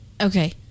Okay